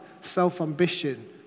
self-ambition